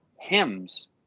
hymns